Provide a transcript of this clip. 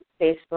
Facebook